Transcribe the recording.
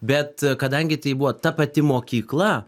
bet kadangi tai buvo ta pati mokykla